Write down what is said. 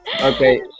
okay